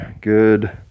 Good